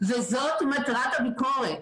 וזאת מטרת הביקורת.